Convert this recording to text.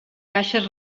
caixes